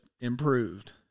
improved